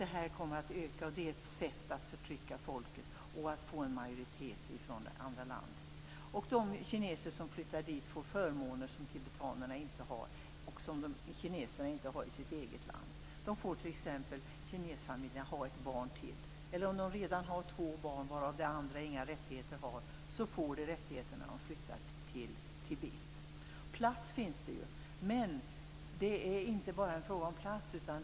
Det är ett sätt att förtrycka det tibetanska folket och att få en majoritet. De kineser som flyttar dit får förmåner som tibetanerna inte har och som kineserna inte har i sitt eget land. Kinesfamiljerna får t.ex. ha ett barn till, eller om de redan har två barn men det andra inga rättigheter har så får barnet rättigheter när familjen flyttar till Tibet. Plats finns det ju, men det är inte bara en fråga om plats.